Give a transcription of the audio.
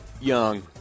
young